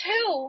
Two